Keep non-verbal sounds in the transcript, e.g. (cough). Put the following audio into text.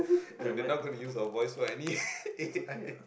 and they're not gonna use our voice for any (laughs) A_I